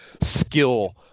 skill